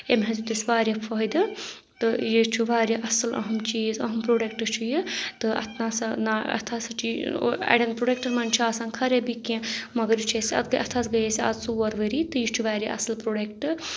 اَمہِ حظ دِژ اَسہِ واریاہ فٲیدٕ تہٕ یہِ چھُ واریاہ اَصٕل اَہم چیٖز اَہم پروڈکٹہٕ چھُ یہِ تہٕ اَتھ نہ سا نا اَتھ ہسا چھِ اَڑؠن پروڈَکٹَن منٛز چھُ آسان خرابی کینٛہہ مَگر یہِ چھُ اَسہِ اَتھ گٔے اَسہِ آز ژور ؤری تہٕ یہِ چھُ واریاہ اَصٕل پروڈکٹہٕ